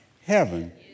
heaven